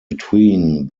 between